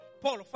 Paul